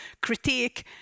critique